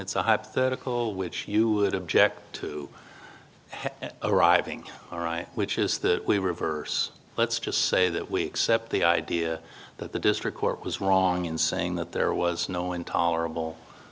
it's a hypothetical which you would object to arriving all right which is that we reverse let's just say that we accept the idea that the district court was wrong in saying that there was no intolerable